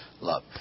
love